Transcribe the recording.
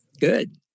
Good